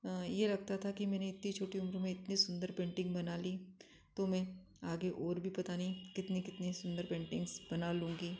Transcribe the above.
यह लगता था कि मैंने इतनी छोटी उम्र में इतनी सुंदर पेंटिंग बना ली तो मैं आगे और भी पता नहीं कितनी कितनी सुंदर पेंटिंग्स बना लूँगी